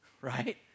Right